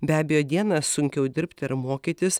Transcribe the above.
be abejo dieną sunkiau dirbti ar mokytis